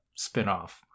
spinoff